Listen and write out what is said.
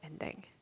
ending